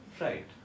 Right